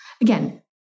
Again